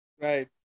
Right